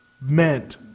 meant